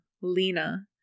Lena